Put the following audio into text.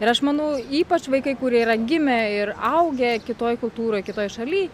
ir aš manau ypač vaikai kurie yra gimę ir augę kitoj kultūroj kitoj šaly